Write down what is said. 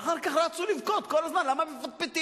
ואחר כך רצו לבכות כל הזמן למה מפטפטים.